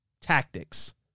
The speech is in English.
tactics